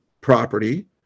property